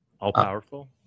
All-powerful